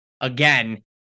again